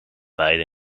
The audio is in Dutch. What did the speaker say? beide